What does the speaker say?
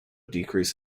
decrease